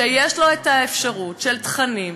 שיש לו האפשרות להעברה של תכנים,